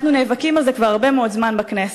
אנחנו נאבקים על זה כבר הרבה מאוד זמן בכנסת.